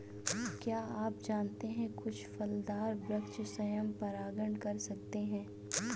क्या आप जानते है कुछ फलदार वृक्ष स्वयं परागण कर सकते हैं?